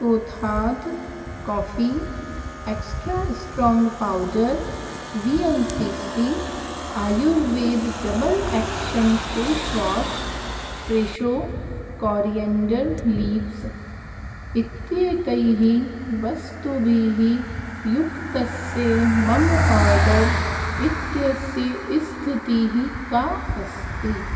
कोथाद् coffee extra strong powder V L C C आयुर्वेदः double action face wash fresho coriander leaves इत्येतैः वस्तुभिः युक्तस्य मम आर्डर् इत्यस्य स्थितिः का अस्ति